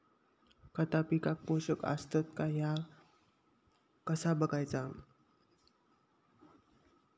खता पिकाक पोषक आसत काय ह्या कसा बगायचा?